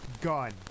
gun